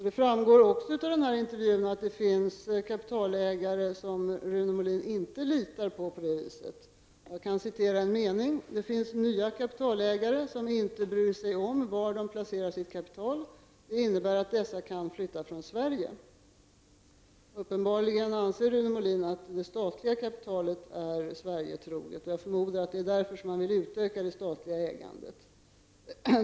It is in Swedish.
Det framgår av intervjun också att det finns kapitalägare som Rune Molin på på det viset litar på. Jag kan citera en mening: ''Det finns nya kapitalägare, som inte bryr sig om var de placerar sitt kapital. Det innebär att dessa kan flytta från Sverige.'' Uppenbarligen anser Rune Molin att det statliga kapitalet är Sverigetroget. Jag förmodar att det är därför som han vill utöka det statliga ägandet.